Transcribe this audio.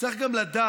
צריך גם לדעת